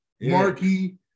Marky